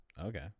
okay